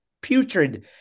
putrid